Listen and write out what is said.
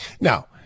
Now